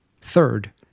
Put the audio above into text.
Third